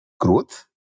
growth